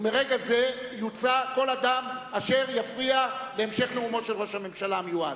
מרגע זה יוצא כל אדם אשר יפריע להמשך נאומו של ראש הממשלה המיועד.